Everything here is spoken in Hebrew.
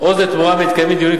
"עוז לתמורה" מתקיימים דיונים,